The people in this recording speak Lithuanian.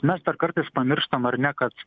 mes dar kartais pamirštam ar ne kad